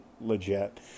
legit